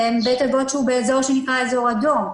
בית אבות שהוא באזור שנקרא "אזור אדום"